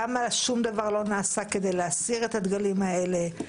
למה שום דבר לא נעשה כדי להסיר את הדגלים האלה?